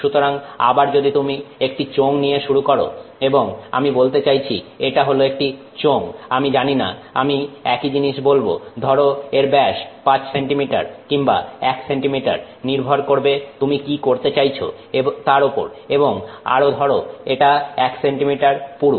সুতরাং আবার যদি তুমি একটি চোঙ নিয়ে শুরু করো এবং আমি বলতে চাইছি এটা হল একটি চোঙ আমি জানিনা আমি একই জিনিস বলব ধরো এর ব্যাস 5 সেন্টিমিটার কিংবা 1 সেন্টিমিটার নির্ভর করবে তুমি কি করতে চাইছে তার ওপর এবং আরো ধরো এটা 1 সেন্টিমিটার পুরু